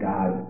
God